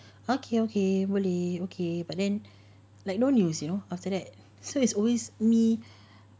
okay okay boleh okay but then like no news you know after that so it's always me